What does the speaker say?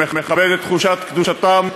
ומכבד את תחושת קדושתם,